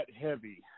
heavy